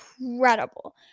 incredible